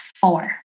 four